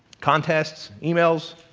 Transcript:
contests, emails.